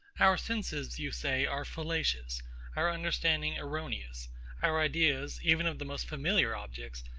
our senses, you say, are fallacious our understanding erroneous our ideas, even of the most familiar objects,